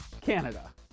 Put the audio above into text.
Canada